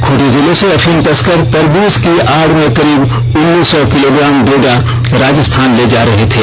खूंटी जिले से अफीम तरकर तरबज की आड में करीब उन्नीस सौ किलोग्राम डोडा राजस्थान ले जा रहे थे